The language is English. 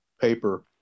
paper